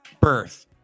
birth